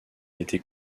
été